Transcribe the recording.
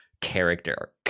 character